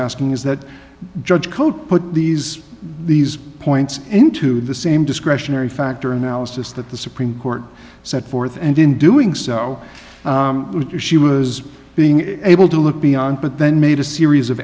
asking is that judge code put these these points into the same discretionary factor analysis that the supreme court set forth and in doing so you're she was being able to look beyond but then made a series of